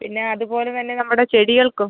പിന്നെ അതുപോലെ തന്നെ നമ്മുടെ ചെടികൾക്കും